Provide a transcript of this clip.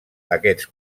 aquests